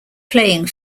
playing